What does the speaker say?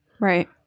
Right